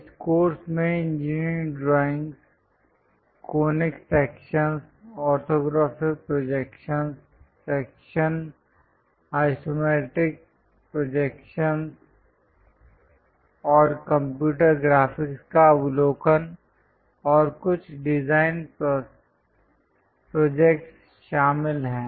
इस कोर्स में engineering drawing conic section orthographic projection section isometric projection और computer graphics का अवलोकन और कुछ डिज़ाइन प्रोजेक्ट्स शामिल हैं